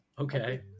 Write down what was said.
Okay